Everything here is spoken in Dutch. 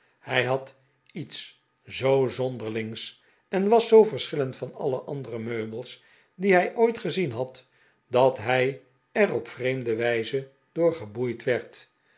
hij had iets zoo zonderlings en was zoo verschillend van alle andere meubels die hij ooit gezien had dat hij er op vreemde wijze door geboeid werd